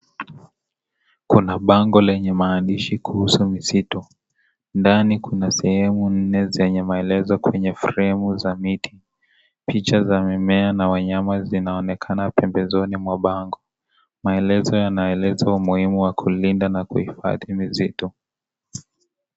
Kuna bango lenye maandishi kuhusu msitu. Ndani kuna sehemu nne zenye maelezo kwenye fremu za miti. Picha za mimea wanyama na mimea zinaonekana pembezoni mwa bango. Maelezo yanaeleza umuhimu wa kuilinda na kuhifadhi misitu.